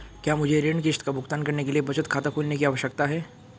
क्या मुझे ऋण किश्त का भुगतान करने के लिए बचत खाता खोलने की आवश्यकता है?